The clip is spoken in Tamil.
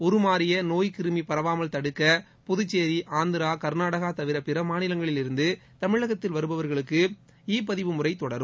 உருமாறிய நோய் கிருமி பரவாமல் தடுக்க புதுச்சேரி ஆந்திரா கர்நாடகா தவிர பிற மாநிலங்களில் இருந்து தமிழகத்திற்கு வருபவர்களுக்கு இ பதிவு முறை தொடரும்